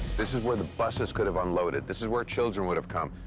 this is where the buses could've unloaded. this is where children would've come.